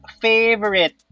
favorite